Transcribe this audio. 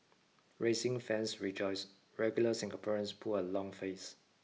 racing fans rejoice regular Singaporeans pull a long face